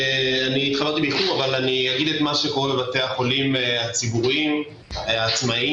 אני אגיד מה שקורה בבתי החולים הציבוריים העצמאיים.